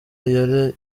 yari